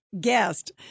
guest